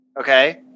Okay